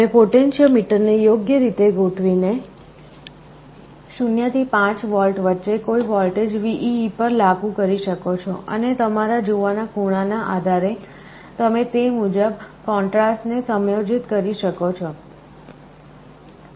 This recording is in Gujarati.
તમે પોટેન્શિયોમીટરને યોગ્ય રીતે ગોઠવીને 0 થી 5V વચ્ચે કોઈ વોલ્ટેજ VEE પર લાગુ કરી શકો છો અને તમારા જોવાના ખૂણાના આધારે તમે તે મુજબ કૉન્ટ્રાસ્ટ ને સમાયોજિત કરી શકો છો